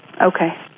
okay